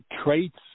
traits